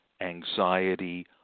anxiety